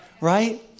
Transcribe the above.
right